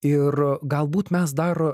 ir galbūt mes dar